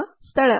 ಈಗ ಸ್ಥಳ